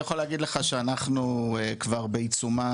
אני יכול להגיד לך שאנחנו כבר בעיצומם